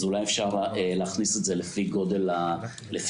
אז אולי אפשר להכניס את זה לפי גודל התאגיד.